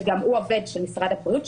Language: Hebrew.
שגם הוא עובד של משרד הבריאות,